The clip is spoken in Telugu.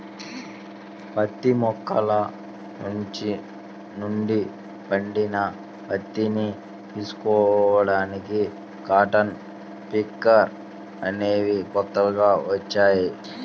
పత్తి మొక్కల నుండి పండిన పత్తిని తీసుకోడానికి కాటన్ పికర్ అనేవి కొత్తగా వచ్చాయి